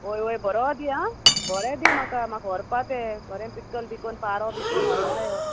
ओय वोय बरो दी आ बरें दी म्हाका म्हाका व्हरपा तें बरें पिकल बी कोन पारो बी कोन व्हरो जायो